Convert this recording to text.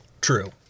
True